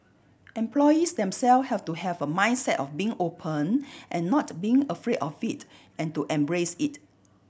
employees them self have to have a mindset of being open and not being afraid of it and to embrace it